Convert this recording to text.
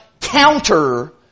counter